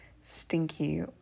stinky